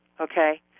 okay